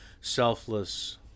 selfless